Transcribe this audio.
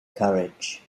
courage